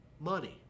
money